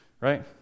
right